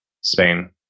Spain